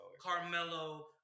Carmelo